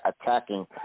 attacking